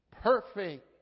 perfect